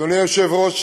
אדוני היושב-ראש,